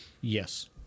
Yes